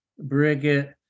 Brigitte